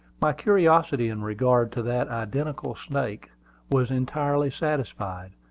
my curiosity in regard to that identical snake was entirely satisfied,